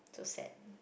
so sad